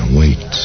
wait